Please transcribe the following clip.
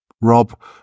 Rob